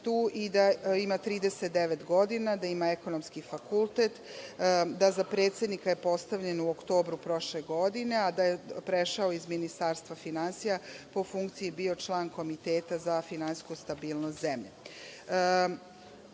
i da ima 39 godina, da ima Ekonomski fakultet, da je za predsednika postavljen u oktobru prošle godine, a da je prešao iz Ministarstva finansija, po funkciji bio član Komiteta za finansijsku stabilnost zemlje. Osim